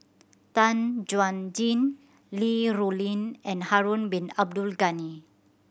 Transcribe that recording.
Tan Chuan Jin Li Rulin and Harun Bin Abdul Ghani